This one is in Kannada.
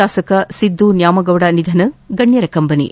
ಶಾಸಕ ಸಿದ್ದು ನ್ನಾಮಗೌಡ ನಿಧನ ಗಣ್ಣರ ಕಂಬನಿ